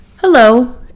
Hello